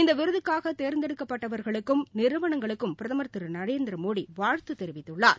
இந்தவிருதுக்காகதோ்ந்தெடுக்கப் நிறுவனங்களுக்கும் பட்டவர்களுக்கும் பிரதமர் திருநரேந்திரமோடிவாழ்த்துதெரிவித்துள்ளார்